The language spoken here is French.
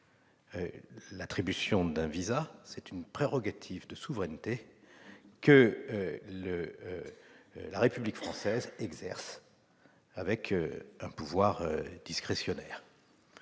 L'attribution d'un visa, c'est une prérogative de souveraineté que la République française exerce, avec un pouvoir discrétionnaire.